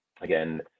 again